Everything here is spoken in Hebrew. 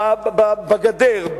בגדר,